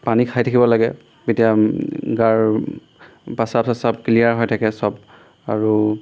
পানী খাই থাকিব লাগে তেতিয়া গাৰ প্ৰস্ৰাৱ চস্ৰাৱ ক্লিয়াৰ হৈ থাকে চব আৰু